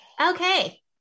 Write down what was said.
Okay